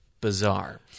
Bizarre